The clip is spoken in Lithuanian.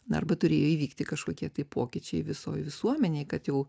arba turėjo įvykti kažkokie tai pokyčiai visoj visuomenėj kad jau